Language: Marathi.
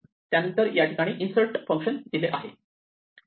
त्यानंतर या ठिकाणी इन्सर्ट फंक्शन दिले आहे